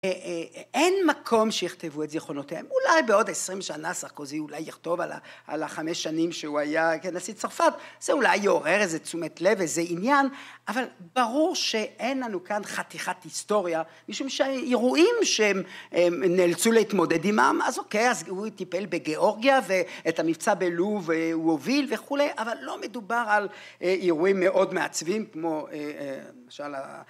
אין מקום שיכתבו את זיכרונותיהם, אולי בעוד 20 שנה סרקוזי אולי יכתוב על החמש שנים שהוא היה נשיא צרפת, זה אולי יעורר איזה תשומת לב, איזה עניין, אבל ברור שאין לנו כאן חתיכת היסטוריה, משום שהאירועים שהם נאלצו להתמודד עמם, אז אוקיי, אז הוא טיפל בגיאורגיה ואת המבצע בלוב הוא מוביל וכולי, אבל לא מדובר על אירועים מאוד מעצבים כמו למשל